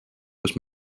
kus